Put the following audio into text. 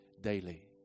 daily